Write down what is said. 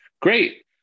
Great